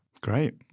Great